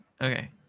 Okay